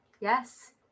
Yes